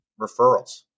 referrals